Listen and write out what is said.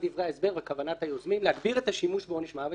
דברי ההסבר וכוונת היוזמים בעונש מוות,